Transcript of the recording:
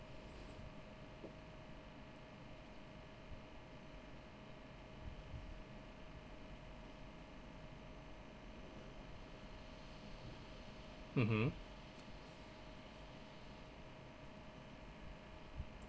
mmhmm